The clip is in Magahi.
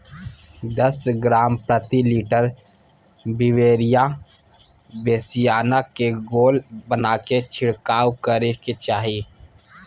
दस ग्राम प्रति लीटर बिवेरिया बेसिआना के घोल बनाके छिड़काव करे के चाही